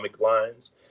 lines